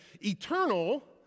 eternal